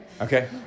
okay